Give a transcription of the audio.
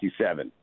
1967